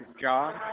john